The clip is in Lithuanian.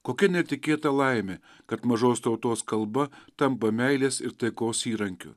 kokia netikėta laimė kad mažos tautos kalba tampa meilės ir taikos įrankiu